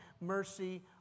mercy